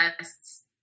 tests